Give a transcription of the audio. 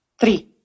three